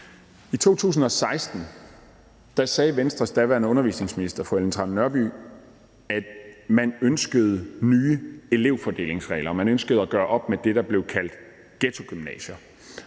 I 2016 sagde Venstres daværende undervisningsminister, fru Ellen Trane Nørby, at man ønskede nye elevfordelingsregler; man ønskede at gøre på med det, der blev kaldt ghettogymnasier.